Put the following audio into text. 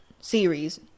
series